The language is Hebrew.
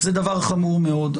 זה דבר חמור מאוד.